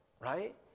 right